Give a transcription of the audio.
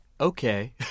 okay